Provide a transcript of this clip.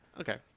Okay